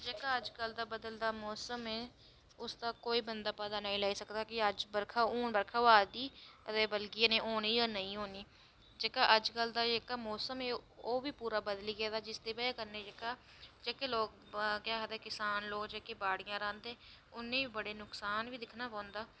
जेह्का अज्जकल दा बदलदा मौसम ऐ उसदा कोई बंदा पता नेईं लाई सकदा कि अज्ज हून बर्खा होआ दी ते परतियै होनी कि नेईं होनी जेह्का अज्जकल दा जेह्का मौसम ऐ ओह्बी पूरा बदली गेदा जिसदी बजह कन्नै जेह्के किसान लोग जेह्के बाड़ियां रांहदे उनें ई बड़ा नुक्सान बी दिक्खना पौंदा